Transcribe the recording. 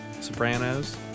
Sopranos